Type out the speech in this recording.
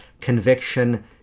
conviction